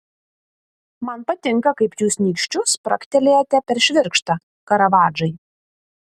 man patinka kaip jūs nykščiu spragtelėjate per švirkštą karavadžai